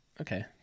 okay